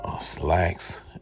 slacks